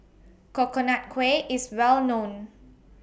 Coconut Kuih IS Well known